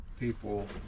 people